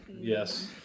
Yes